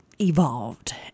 evolved